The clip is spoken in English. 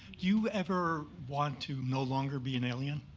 you ever want to no longer be an alien?